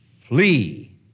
flee